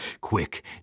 Quick